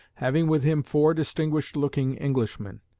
having with him four distinguished-looking englishmen.